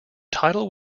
title